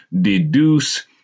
deduce